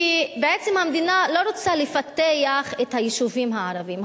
כי בעצם המדינה לא רוצה לפתח את היישובים הערביים.